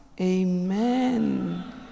Amen